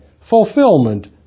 fulfillment